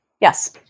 Yes